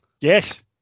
Yes